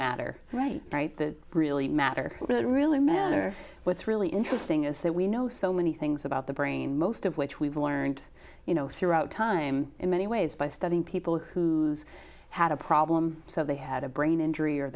matter right right that really matter that really matter what's really interesting is that we know so many things about the brain most of which we've learned you know throughout time in many ways by studying people who had a problem so they had a brain injury or